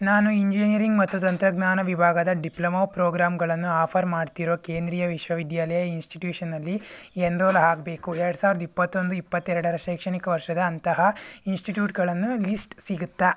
ನಾನು ಇಂಜಿನಿಯರಿಂಗ್ ಮತ್ತು ತಂತ್ರಜ್ಞಾನ ವಿಭಾಗದ ಡಿಪ್ಲೊಮಾ ಪ್ರೋಗ್ರಾಮ್ಗಳನ್ನ ಆಫರ್ ಮಾಡ್ತಿರೋ ಕೇಂದ್ರೀಯ ವಿಶ್ವವಿದ್ಯಾನಿಲಯ ಇನ್ಸ್ಟಿಟ್ಯೂಷನಲ್ಲಿ ಎನ್ರೋಲ್ ಆಗಬೇಕು ಎರಡು ಸಾವಿರದ ಇಪ್ಪತ್ತೊಂದು ಇಪ್ಪತ್ತೆರಡರ ಶೈಕ್ಷಣಿಕ ವರ್ಷದ ಅಂತಹ ಇನ್ಸ್ಟಿಟ್ಯೂಟ್ಗಳನ್ನು ಲಿಸ್ಟ್ ಸಿಗುತ್ತಾ